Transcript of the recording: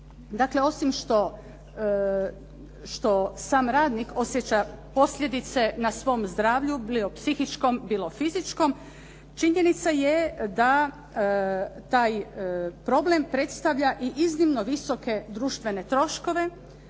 Dakle, osim što sam radnik osjeća posljedice na svom zdravlju, bilo psihičkom, bilo fizičkom, činjenica je da taj problem predstavlja i iznimno visoke društvene troškove,